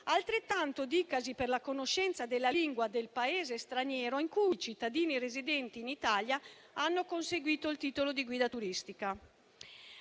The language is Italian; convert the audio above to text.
Altrettanto dicasi per la conoscenza della lingua del Paese straniero in cui i cittadini residenti in Italia hanno conseguito il titolo di guida turistica.